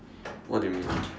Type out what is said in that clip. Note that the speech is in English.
what do you mean